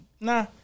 Nah